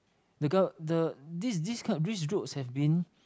the gove~ the this this kind this groups have been